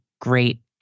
great